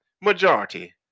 majority